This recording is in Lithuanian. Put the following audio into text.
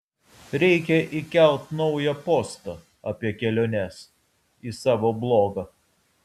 reikia įkelt naują postą apie keliones į savo blogą